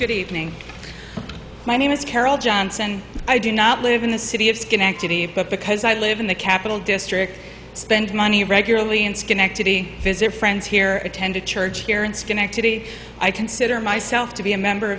good evening my name is carol johnson i do not live in the city of schenectady but because i live in the capital district spend money regularly in schenectady visit friends here attended church here in schenectady i consider myself to be a member